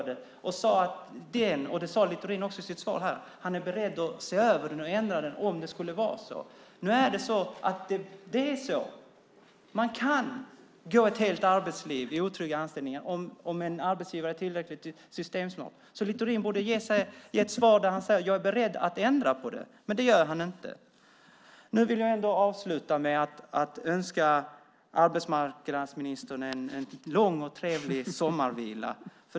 Det sade Littorin också i sitt svar här. Han är beredd att se över detta och ändra det om det skulle vara så. Nu är det så att det är så. Man kan gå ett helt arbetsliv i otrygga anställningar om en arbetsgivare är tillräckligt systemsmart. Littorin borde ge ett svar där han säger: Jag är beredd att ändra på detta. Men det gör han inte. Jag vill avsluta med att önska arbetsmarknadsministern en lång och trevlig sommarvila.